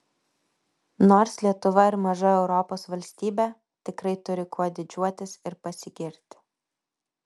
nors lietuva ir maža europos valstybė tikrai turi kuo didžiuotis ir pasigirti